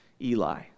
Eli